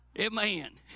Amen